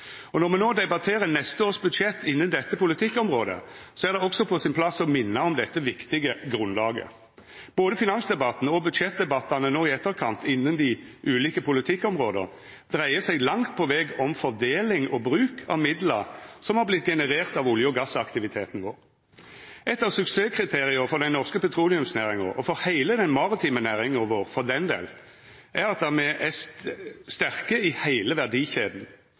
Og når me nå debatterer neste års budsjett innan dette politikkområdet, er det òg på sin plass å minna om dette viktige grunnlaget. Både finansdebatten og budsjettdebattane nå i etterkant innan dei ulike politikkområda dreier seg langt på veg om fordeling og bruk av midlar som har vorte genererte av olje- og gassaktiviteten vår. Eit av suksesskriteria for den norske petroleumsnæringa, og for heile den maritime næringa vår for den del, er at me er sterke i heile